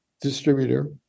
distributor